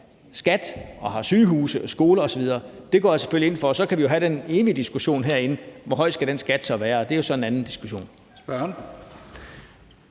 skat og har sygehuse, skoler osv., går jeg selvfølgelig ind for. Så kan vi jo have den evige diskussion herinde om, hvor høj den skat skal være, og det er så en anden diskussion. Kl.